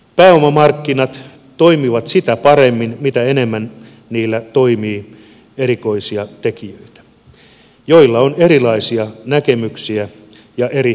pääomamarkkinat toimivat sitä paremmin mitä enemmän niillä toimii erilaisia tekijöitä joilla on erilaisia näkemyksiä ja eri riskiprofiileita